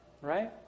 right